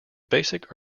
basic